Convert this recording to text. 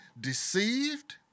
deceived